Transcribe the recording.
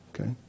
Okay